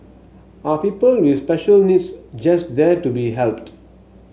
are people with special needs just there to be helped